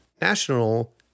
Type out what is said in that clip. National